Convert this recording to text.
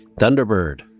Thunderbird